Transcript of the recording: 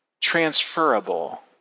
transferable